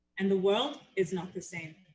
and the world is not the same,